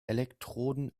elektroden